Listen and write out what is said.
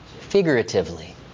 figuratively